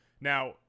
Now